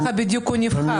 כך בדיוק הוא נבחר.